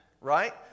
right